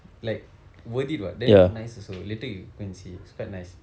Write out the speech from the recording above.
like worth it what damn nice also later you go and see it's quite nice